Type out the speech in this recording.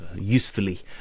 usefully